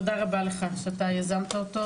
תודה רבה לך שאתה יזמת אותו,